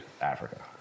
Africa